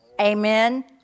Amen